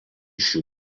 šių